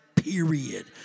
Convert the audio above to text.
period